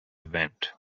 event